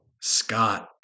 SCOTT